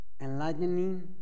enlightening